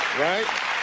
Right